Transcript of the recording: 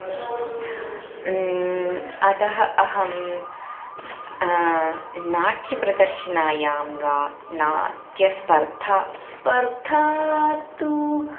अतः अहं नाट्यप्रदर्शनायां वा नाट्यस्पर्धा स्पर्धा तु